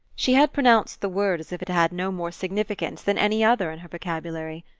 she had pronounced the word as if it had no more significance than any other in her vocabulary.